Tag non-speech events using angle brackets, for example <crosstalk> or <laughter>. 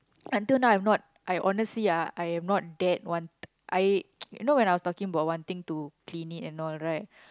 until now I have not I honestly ah I am not that one <noise> I <noise> you know when I was talking about wanting to clean it and all right